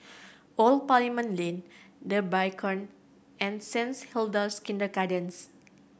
Old Parliament Lane The Beacon and Saints Hilda's Kindergarten